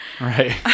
Right